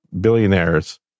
billionaires